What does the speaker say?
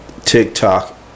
TikTok